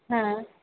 हांं